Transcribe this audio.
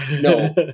No